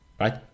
right